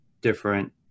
different